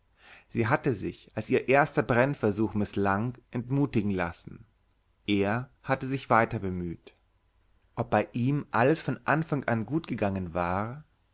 sie hatte sich als ihr erster brennversuch mißlang entmutigen lassen er hatte sich weiter gemüht ob bei ihm alles von anfang an gut gegangen war